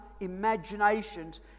imaginations